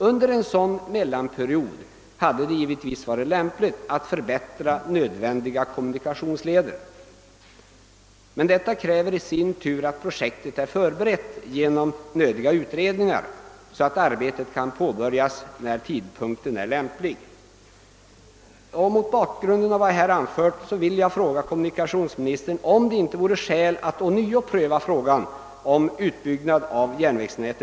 Under mellanperioden hade det givetvis varit lämpligt att förbättra nöd vändiga kommunikationsleder, vilket i sin tur kräver förberedelser i form av utredningar, så att arbetet kan påbörjas vid lämplig tidpunkt.